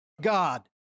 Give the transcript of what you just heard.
God